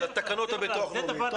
בכלל, תקנות הביטוח הלאומי.